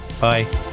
Bye